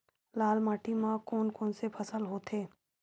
लाल माटी म कोन कौन से फसल होथे?